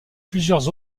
plusieurs